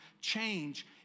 change